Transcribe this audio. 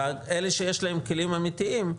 ואלה שיש להם כלים אמתיים,